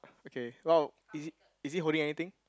okay !wow! is he is he holding anything